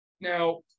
Now